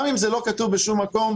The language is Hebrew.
גם אם זה לא כתוב בשום מקום,